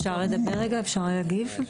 אפשר לדבר רגע, אפשר להגיב?